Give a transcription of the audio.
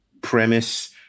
premise